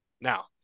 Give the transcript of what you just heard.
Now